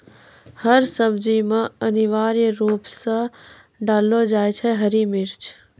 हर सब्जी मॅ अनिवार्य रूप सॅ डाललो जाय छै हरी मिर्च